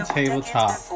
Tabletop